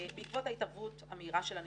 בעקבות ההתערבות המהירה של הנציבות,